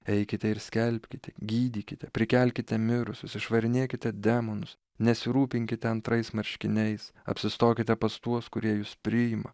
eikite ir skelbkite gydykite prikelkite mirusius išvarinėkite demonus nesirūpinkite antrais marškiniais apsistokite pas tuos kurie jus priima